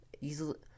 Easily